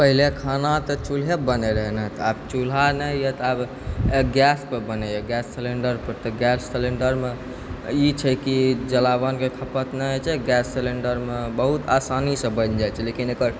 पहिले खाना तऽ चुल्हेपर बनै रहै ने आब चुल्हा नहि यऽ तऽ आब गैसपर बनैए गैस सिलिण्डरपर तऽ गैस सिलिण्डरमे ई छै कि जलावनके खपत नहि होइ छै गैस सिलिण्डरमे बहुत आसानीसँ बनि जाइ छै लेकिन